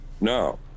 No